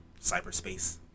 cyberspace